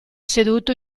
seduto